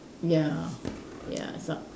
ya ya s~